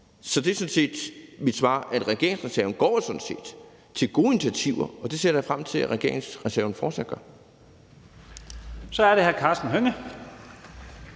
Så det er sådan set mit svar: Regeringsreserven går sådan set til gode initiativer. Og det ser jeg da frem til at regeringsreserven fortsat gør. Kl. 12:00 Første